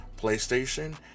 PlayStation